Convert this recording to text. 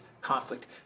conflict